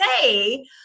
say